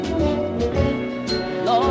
Lord